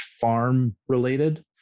farm-related